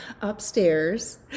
upstairs